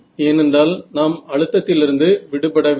ஏனென்றால் நாம் அழுத்தத்திலிருந்து விடுபடவில்லை